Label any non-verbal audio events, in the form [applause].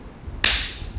[noise]